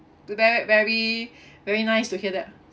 the very very very nice to hear that